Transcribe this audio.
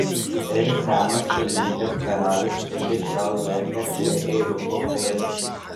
ir senas sulinkęs karalius iki šiol verkia prie ėriuko pėdos